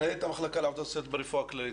מנהלת המחלקה לעבודה סוציאלית ברפואה הכללית.